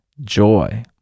joy